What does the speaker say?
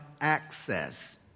access